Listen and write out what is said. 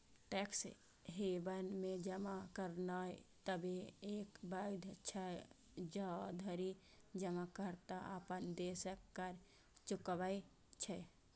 tax haven मे जमा करनाय तबे तक वैध छै, जाधरि जमाकर्ता अपन देशक कर चुकबै छै